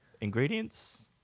ingredients